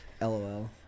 lol